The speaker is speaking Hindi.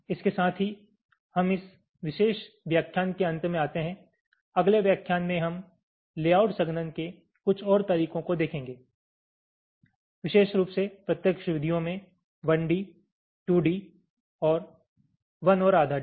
इसके साथ हम इस विशेष व्याख्यान के अंत में आते हैं अगले व्याख्यान में हम लेआउट संघनन के कुछ और तरीकों को देखेंगे विशेष रूप से प्रत्यक्ष विधियों में 1 डी 2 डी और 1 और आधा डी